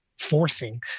forcing